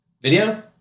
video